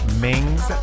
Ming's